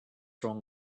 wrong